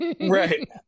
Right